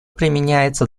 применяется